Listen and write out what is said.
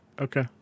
Okay